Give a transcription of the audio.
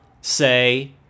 say